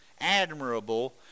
admirable